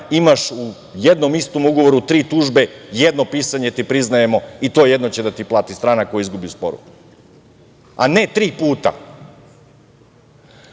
imaš u jednom istom ugovoru tri tužbe, jedno pisanje ti priznajemo i to jedno će da ti plati strana koja izgubi spor, a ne tri puta. Druga